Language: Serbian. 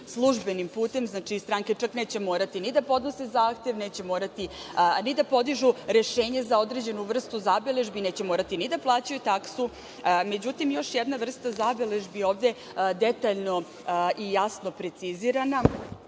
službenim putem. Znači, stranke neće morati ni da podnose zahtev, neće morati ni da podižu rešenje za određenu vrstu zabeležbi, neće morati ni da plaćaju taksu.Međutim, još jedna vrsta zabeležbi ovde je detaljno i jasno precizirana,